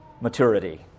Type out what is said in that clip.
maturity